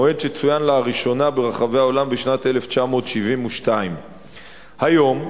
המועד צוין לראשונה ברחבי העולם בשנת 1972. היום,